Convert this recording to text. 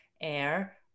air